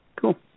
Cool